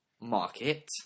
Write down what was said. market